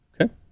Okay